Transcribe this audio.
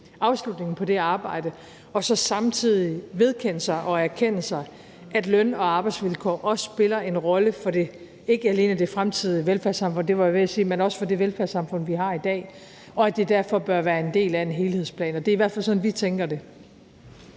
afslutningen på det arbejde og samtidig vedkende sig og erkende, at løn- og arbejdsvilkår også spiller en rolle for ikke alene det fremtidige velfærdssamfund – det var jeg ved at sige – men også for det velfærdssamfund, vi har i dag, og at det derfor bør være en del af en helhedsplan. Det er i hvert fald sådan, vi tænker det.